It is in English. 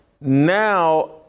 now